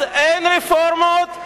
אז אין רפורמות,